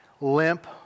limp